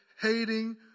hating